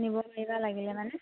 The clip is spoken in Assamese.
নিব পাৰিবা লাগিলে মানে